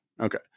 Okay